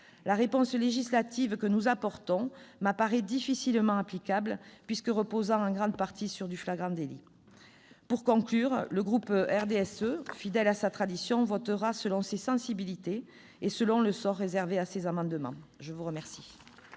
La réponse législative que nous apportons m'apparaît difficilement applicable, puisqu'elle repose en grande partie sur du flagrant délit. Pour conclure, le groupe du RDSE, fidèle à sa tradition, votera selon ses sensibilités et selon le sort réservé à ses amendements. La parole